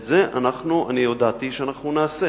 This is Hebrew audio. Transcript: את זה הודעתי שנעשה.